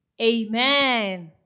Amen